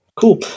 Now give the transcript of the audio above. Cool